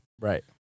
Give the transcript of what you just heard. right